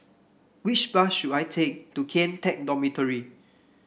which bus should I take to Kian Teck Dormitory